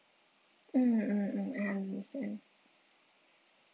mm mm mm I understand